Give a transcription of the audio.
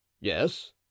yes